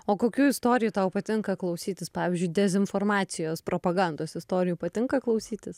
o kokių istorijų tau patinka klausytis pavyzdžiui dezinformacijos propagandos istorijų patinka klausytis